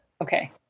okay